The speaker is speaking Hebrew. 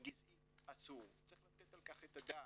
גזעי אסור, צריך לתת על כך את הדעת.